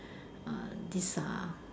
err these are